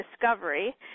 discovery